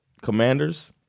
Commanders